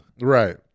right